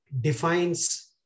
defines